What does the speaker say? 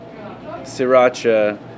sriracha